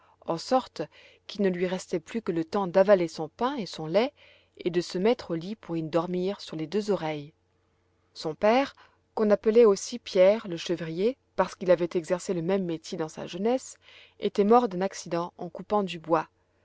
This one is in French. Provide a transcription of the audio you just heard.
en sorte qu'il ne lui restait plus que le temps d'avaler son pain et son lait et de se mettre au lit pour y dormir sur les deux oreilles son père qu'on appelait aussi pierre le chevrier parce qu'il avait exercé le même métier dans sa jeunesse était mort d'un accident en coupant du bois